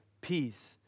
peace